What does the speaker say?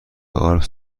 آلپ